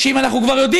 אם אנחנו כבר יודעים,